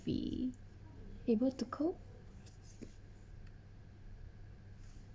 be able to cope